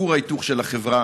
כור ההיתוך של החברה.